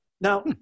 Now